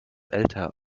älter